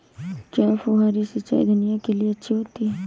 क्या फुहारी सिंचाई धनिया के लिए अच्छी होती है?